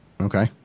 Okay